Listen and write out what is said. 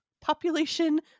Population